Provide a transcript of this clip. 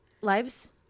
lives